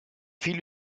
viel